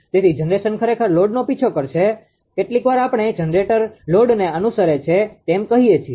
તેથી જનરેશન ખરેખર લોડનો પીછો કરે છે કેટલીકવાર આપણે જનરેટર લોડને અનુસરે છે તેમ કહીએ છીએ